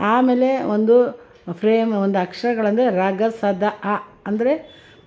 ಆಮೇಲೆ ಒಂದು ಫ್ರೇಮ್ ಒಂದು ಅಕ್ಷರಗಳೆಂದರೆ ರ ಗ ಸ ದ ಅ ಅಂದರೆ